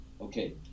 okay